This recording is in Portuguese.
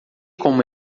como